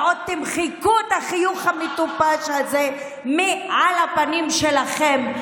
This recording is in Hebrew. ועוד תמחקו את החיוך המטופש הזה מעל הפנים שלכם.